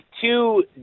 two